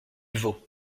vau